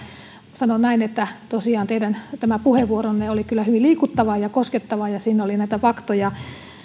sanon näin että tosiaan teidän puheenvuoronne oli kyllä hyvin liikuttava ja koskettava ja siinä oli näitä faktoja